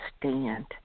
Stand